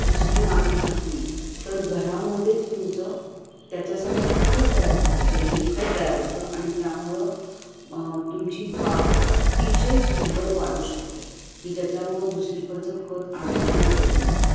दुसरी माती घातली तर घरामध्येच तुमचं त्याच्यासाठी खत तयार होतं जैवीक खत तयार होतं आणि त्यामुळं तुमची बाग अतिशय सुंदर वाढू शकते की ज्याच्यामुळं दुसरीकडचं खत आणायची गरज नसते